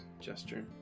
gesture